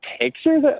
pictures